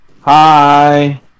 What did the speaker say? Hi